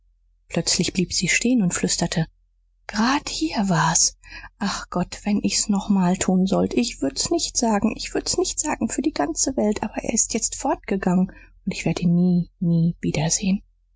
plötzlich blieb sie stehen und flüsterte grad hier war's ach gott wenn ich's nochmal tun sollte ich würd's nicht sagen ich würd's nicht sagen für die ganze welt aber er ist jetzt fortgegangen und ich werd ihn nie nie wiedersehen